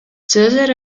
цезарь